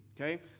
Okay